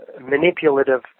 manipulative